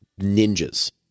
ninjas